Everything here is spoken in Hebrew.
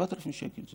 7,000 שקל.